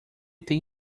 tem